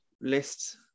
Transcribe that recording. lists